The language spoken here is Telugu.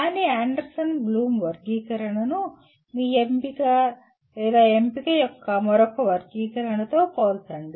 కానీ ఆండర్సన్ బ్లూమ్ వర్గీకరణను మీ ఎంపిక ఎంపిక యొక్క మరొక వర్గీకరణతో పోల్చండి